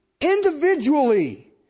individually